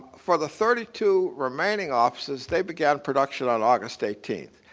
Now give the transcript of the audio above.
for the thirty two remaining offices, they began production on august eighteenth.